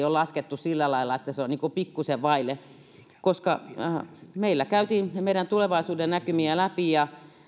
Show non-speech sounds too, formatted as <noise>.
<unintelligible> ole laskettu sillä lailla että se on niin kuin pikkuisen vaille meillä käytiin meidän tulevaisuudennäkymiä läpi ja